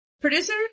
producer